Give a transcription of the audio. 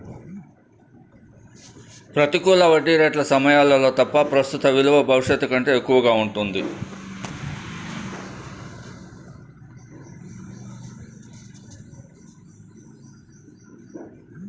ప్రతికూల వడ్డీ రేట్ల సమయాల్లో తప్ప, ప్రస్తుత విలువ భవిష్యత్తు కంటే ఎక్కువగా ఉంటుంది